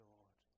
Lord